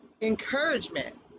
encouragement